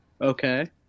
okay